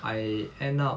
I end up